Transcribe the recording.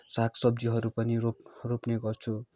साग सब्जीहरू पनि रोप रोप्ने गर्छु